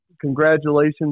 congratulations